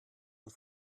und